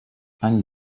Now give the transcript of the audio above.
any